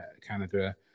Canada